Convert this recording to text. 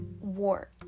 war